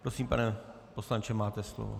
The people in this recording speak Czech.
Prosím, pane poslanče, máte slovo.